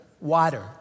Water